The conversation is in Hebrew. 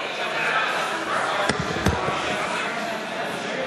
(קוראת בשמות חברי הכנסת)